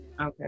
okay